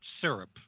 syrup